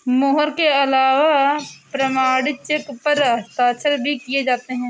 मोहर के अलावा प्रमाणिक चेक पर हस्ताक्षर भी किये जाते हैं